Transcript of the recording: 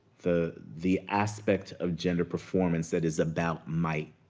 the the aspect of gender performance that is about might